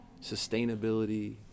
sustainability